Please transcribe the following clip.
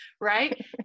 Right